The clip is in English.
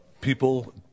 people